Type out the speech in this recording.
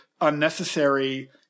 unnecessary